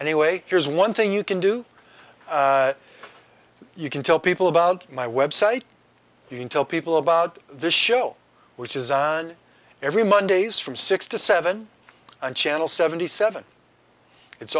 anyway here's one thing you can do you can tell people about my website you can tell people about the show which is on every mondays from six to seven and channel seventy seven it's